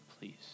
please